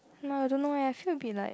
no I don't know leh I feel a bit like